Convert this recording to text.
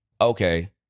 Okay